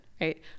right